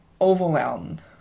overwhelmed